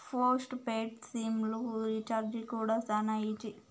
post paid SIM లు రీచార్జీ కూడా శానా ఈజీ